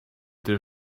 their